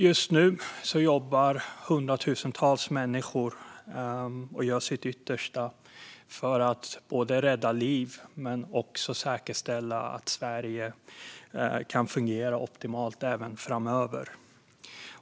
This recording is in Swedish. Just nu gör hundratusentals människor sitt yttersta för att både rädda liv och säkerställa att Sverige kan fungera optimalt även framöver.